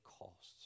costs